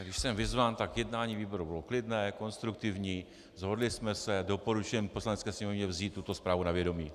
Když jsem vyzván, tak jednání výboru bylo klidné, konstruktivní, shodli jsme se, doporučujeme Poslanecké sněmovně vzít tuto zprávu na vědomí.